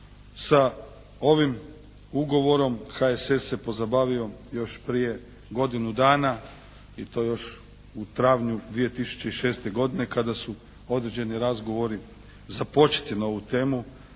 sa ovim ugovorom HSS se pozabavio još prije godinu dana i to još u travnju 2006. godine, kada su određeni razgovori započeti na ovu temu,